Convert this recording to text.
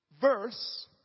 verse